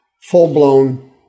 full-blown